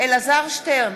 אלעזר שטרן,